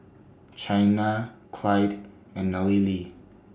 Chynna Clide and Nallely